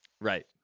Right